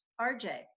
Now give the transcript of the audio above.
RJ